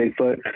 Bigfoot